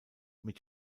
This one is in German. mit